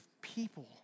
people